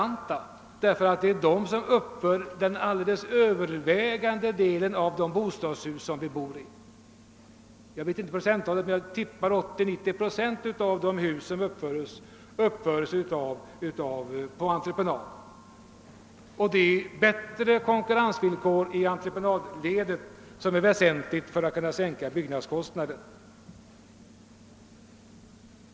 Det är nämligen de privata byggmästarna som uppför den alldeles övervägande delen av bostadshusen; jag minns inte exakt procenttalen, men jag gissar att 80 å 90 procent av samtliga bostadshus uppförs på entreprenad. En ökad konkurrens i entreprenadledet är alltså väsentligt för att vi skall kunna sänka byggnadskostnaderna.